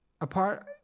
apart